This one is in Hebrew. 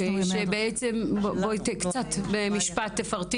תפרטי במשפט.